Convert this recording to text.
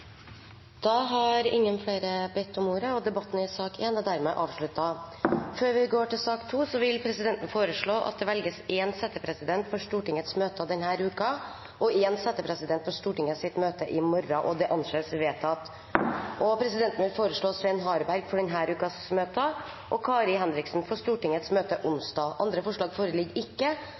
har ikke bedt om ordet til sak nr. 1. Presidenten vil foreslå at det velges en settepresident for Stortingets møter denne uken og en settepresident for Stortingets møte i morgen – og anser det som vedtatt. Presidenten vil foreslå Svein Harberg for denne ukens møter og Kari Henriksen for Stortingets møte i morgen. – Andre forslag foreligger ikke,